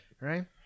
Right